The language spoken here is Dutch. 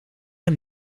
hem